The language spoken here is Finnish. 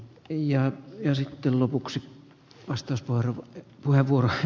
eija ja sitten lopuksi pasta herra puhemies